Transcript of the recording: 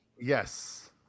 Yes